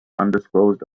undisclosed